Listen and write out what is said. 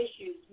issues